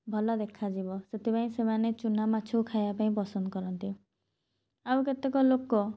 ଭଲ ଦେଖାଯିବ ସେଥିପାଇଁ ସେମାନେ ଚୁନାମାଛକୁ ଖାଇବା ପାଇଁ ପସନ୍ଦ କରନ୍ତି ଆଉ କେତେକ ଲୋକ